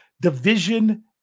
division